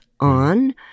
on